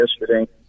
yesterday